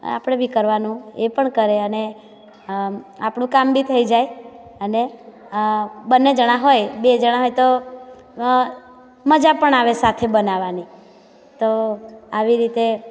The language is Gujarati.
આપણે બી કરવાનું એ પણ કરે અને આપણું કામ બી થઈ જાય અને બંને જણા હોય તો એટલે મજા પણ આવે સાથે બનાવવાની તો આવી રીતે